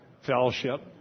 fellowship